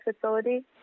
facility